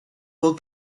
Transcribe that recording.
will